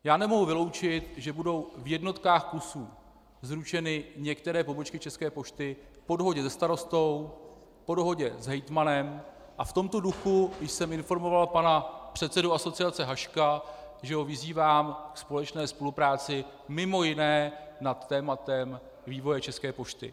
Já nemohu vyloučit, že budou v jednotkách kusů zrušeny některé pobočky České pošty po dohodě se starostou, po dohodě s hejtmanem, a v tomto duchu jsem informoval pana předsedu asociace Haška, že ho vyzývám k společné spolupráci mimo jiné nad tématem vývoje České pošty.